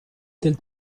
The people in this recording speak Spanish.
del